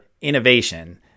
innovation